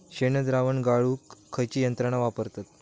शेणद्रावण गाळूक खयची यंत्रणा वापरतत?